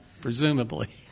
Presumably